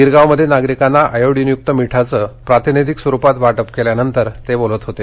गिरगाव मध्ये नागरिकांना आयोडिनयुक्त मीठाचं प्रातिनिधिक स्वरूपात वाटप केल्यानंतर ते बोलत होते